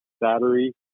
battery